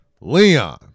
Leon